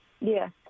Yes